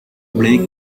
blake